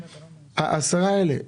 ה-10 האלה,